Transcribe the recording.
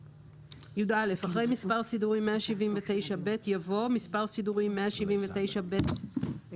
אחרי מספר סידורי 179ב יבוא: מספר מספרפירוט נוסף לעבירהדרגת